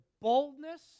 boldness